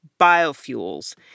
biofuels